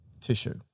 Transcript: tissue